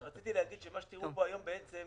היושב-ראש, מה שתראו פה היום הוא